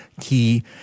key